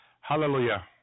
Hallelujah